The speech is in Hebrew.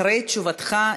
אחרי תשובתך,